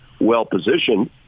well-positioned